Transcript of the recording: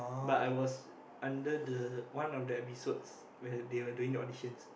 but I was under the one of the episodes where they're doing auditions